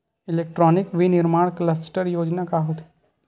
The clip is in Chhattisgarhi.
इलेक्ट्रॉनिक विनीर्माण क्लस्टर योजना का होथे?